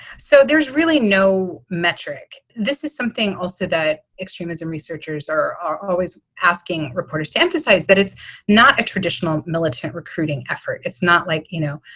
so there's really no metric. this is something also that extremism researchers are are always asking reporters to emphasize that it's not a traditional militant recruiting effort. effort. it's not like, you know,